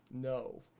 No